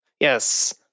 Yes